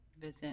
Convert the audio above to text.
visit